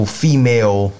female